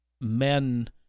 men